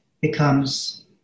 becomes